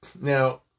Now